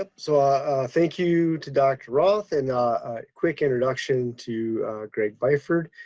ah so thank you to dr. roth and a quick introduction to greg byford.